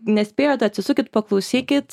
nespėjot atsisukit paklausykit